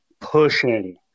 pushing